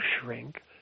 shrink